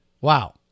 Wow